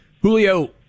julio